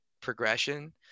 progression